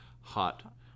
hot